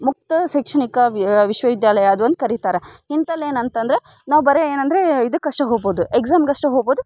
ಮುಕ್ತ ಶೈಕ್ಷಣಿಕ ವ್ಯಾ ವಿಶ್ವ ವಿದ್ಯಾಲಯ ಅದು ಒಂದು ಕರಿತಾರೆ ಇಂತಲ್ಲಿ ಏನು ಅಂತ ಅಂದ್ರೆ ನಾವು ಬರೀ ಏನೆಂದ್ರೆ ಇದಕ್ಕೆ ಅಷ್ಟೇ ಹೋಗ್ಬೋದು ಎಗ್ಸಾಮ್ಗೆ ಅಷ್ಟೆ ಹೋಗ್ಬೋದು